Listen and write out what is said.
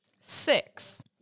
Six